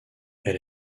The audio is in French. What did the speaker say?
elle